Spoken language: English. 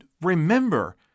remember